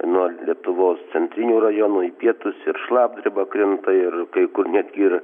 nuo lietuvos centrinių rajonų į pietus ir šlapdriba krinta ir kai kur net ir